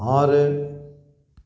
ஆறு